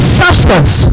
substance